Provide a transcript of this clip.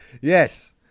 yes